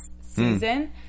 season